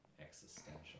Existential